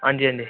हांजी हांजी